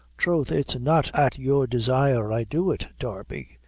troth it's not at your desire i do it, darby,